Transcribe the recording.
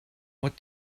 what